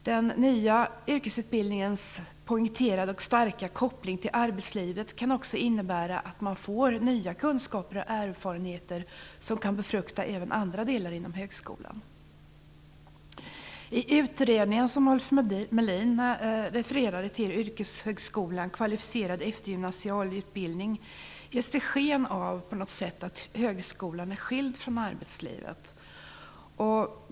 Den nya yrkesutbildningens poängterade och starka koppling till arbetslivet kan också innebära att man får nya kunskaper och erfarenheter som kan befrukta även andra delar inom högskolan. I utredningen Yrkeshögskolan - Kvalificerad eftergymnasial utbildning, som Ulf Melin refererade till, ges det på något sätt sken av att högskolan är skild från arbetslivet.